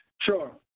Sure